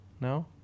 No